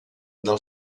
del